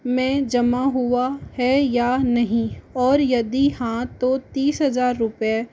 में जमा हुआ है या नहीं और यदि हाँ तो तीस हज़ार रुपये